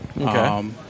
Okay